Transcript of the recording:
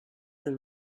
the